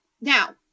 Now